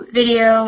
video